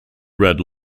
read